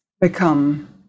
become